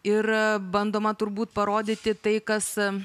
ir bandoma turbūt parodyti tai kas